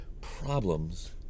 problems